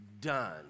Done